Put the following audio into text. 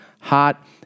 hot